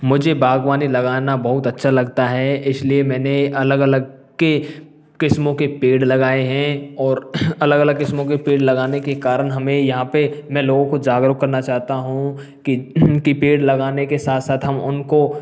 मुझे बागवानी लगाना बहुत अच्छा लगता है इसलिए मैंने अलग अलग के किस्मों के पेड़ लगाए हैं और अलग अलग किस्मों के पेड़ लगाने के कारण हमें यहाँ पे मैं लोगों को जागरूक करना चाहता हूँ कि कि पेड़ लगाने के साथ साथ हम उनको